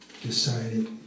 decided